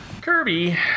Kirby